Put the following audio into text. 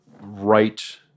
right